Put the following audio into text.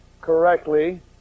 correctly